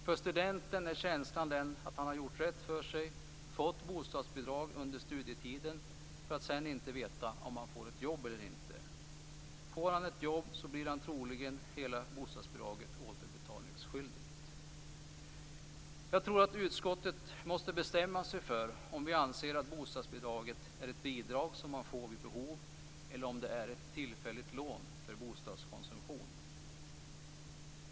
För studenten är känslan att han har gjort rätt för sig, fått bostadsbidrag under studietiden, för att sedan inte veta om han får ett jobb eller inte. Får han ett jobb blir han troligen återbetalningsskyldig för hela bostadsbidraget. Jag tror att utskottet måste bestämma sig för om det anser att bostadsbidraget är ett bidrag som man får vid behov eller om det är ett tillfälligt lån för bostadskonsumtion.